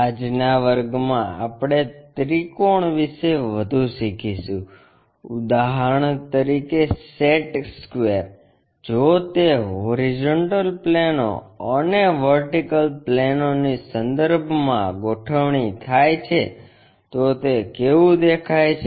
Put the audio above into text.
આજના વર્ગમાં આપણે ત્રિકોણ વિશે વધુ શીખીશું ઉદાહરણ તરીકે સેટ સ્ક્વેર જો તે હોરીઝોન્ટલ પ્લેનો અને વર્ટિકલ પ્લેનોની સંદર્ભ મા ગોઠવણી થાય છે તો તે કેવું દેખાય છે